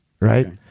right